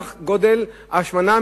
כך גדלה ההשמנה,